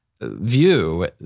view